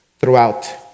throughout